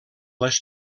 les